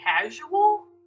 casual